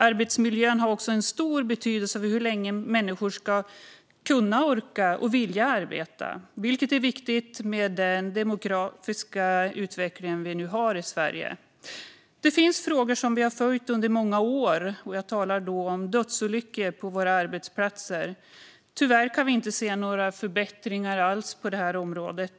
Arbetsmiljön har också stor betydelse för hur länge människor kan, orkar och vill arbeta, vilket är viktigt med tanke på den demografiska utveckling vi nu har i Sverige. Det finns frågor som vi har följt under många år. Jag ska nu tala om dödsolyckor på våra arbetsplatser. Tyvärr kan vi inte se några förbättringar alls på det här området.